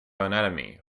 anatomy